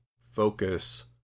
focus